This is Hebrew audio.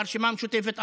והרשימה המשותפת אמרה: